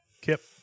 Kip